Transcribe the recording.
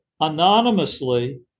anonymously